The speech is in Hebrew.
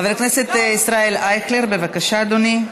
חבר הכנסת ישראל אייכלר, בבקשה, אדוני.